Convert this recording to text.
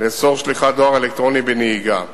לאסור שליחת דואר אלקטרוני בנהיגה.